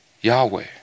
Yahweh